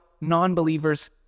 non-believers